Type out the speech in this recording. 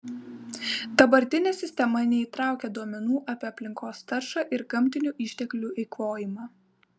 dabartinė sistema neįtraukia duomenų apie aplinkos taršą ir gamtinių išteklių eikvojimą